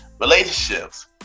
relationships